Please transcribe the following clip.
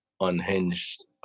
unhinged